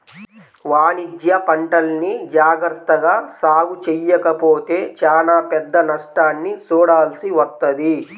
వాణిజ్యపంటల్ని జాగర్తగా సాగు చెయ్యకపోతే చానా పెద్ద నష్టాన్ని చూడాల్సి వత్తది